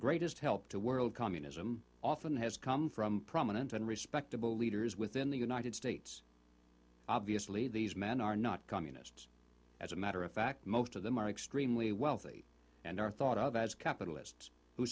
greatest help to world communism often has come from prominent and respectable leaders within the united states obviously these men are not communists as a matter of fact most of them are extremely wealthy and are thought of as capitalists who